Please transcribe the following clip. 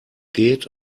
geht